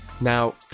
Now